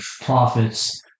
prophets